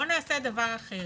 בוא נעשה דבר אחר: